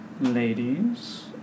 ladies